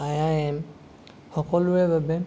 I I M সকলোৰে বাবে